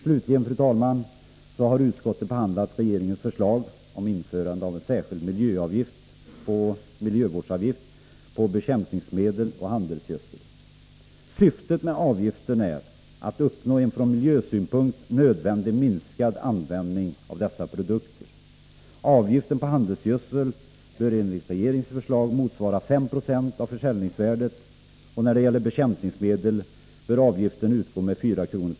Slutligen, fru talman, har utskottet behandlat regeringens förslag om införande av en särskild miljöavgift på bekämpningsmedel och handelsgödsel. Syftet med avgiften är att uppnå en från miljösynpunkt nödvändig minskad användning av dessa produkter. Avgiften på handelsgödsel bör enligt regeringens förslag motsvara 5 96 av försäljningsvärdet. När det gäller bekämpningsmedel bör avgiften utgå med 4 kr.